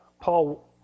Paul